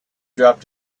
dropped